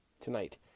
tonight